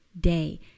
day